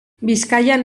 bizkaian